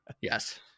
Yes